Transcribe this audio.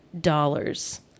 dollars